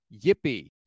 Yippee